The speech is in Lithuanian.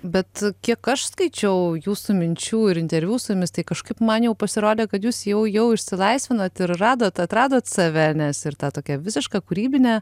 bet kiek aš skaičiau jūsų minčių ir interviu su jumis tai kažkaip man jau pasirodė kad jūs jau jau išsilaisvinot ir radot atradot save nes ir ta tokia visiška kūrybinę